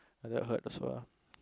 ya that hurt also ah